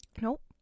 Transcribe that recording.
Nope